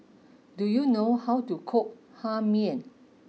do you know how to cook Hae Mee